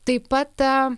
taip pat